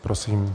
Prosím.